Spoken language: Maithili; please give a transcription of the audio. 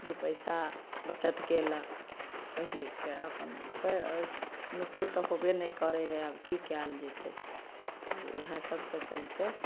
दु पैसा बचत केलक पइढ़ लिख कए अपन पैर नोकरी तऽ होबे नै करय हय आब की काएल जेतय तऽ इहए सबके चलते